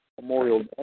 Memorial